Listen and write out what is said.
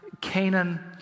Canaan